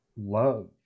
love